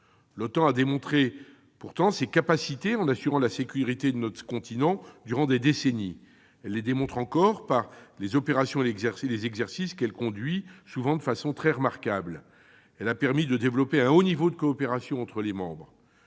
L'OTAN a démontré ses capacités en assurant la sécurité de notre continent durant des décennies. Elle les démontre encore par les opérations et les exercices qu'elle conduit, souvent de façon très remarquable. Elle a permis de développer un haut niveau de coopération entre ses membres.